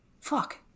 fuck